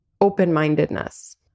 open-mindedness